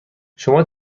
شما